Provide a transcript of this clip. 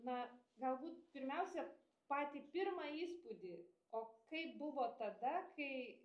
na galbūt pirmiausia patį pirmą įspūdį o kaip buvo tada kai